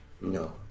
No